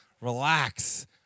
relax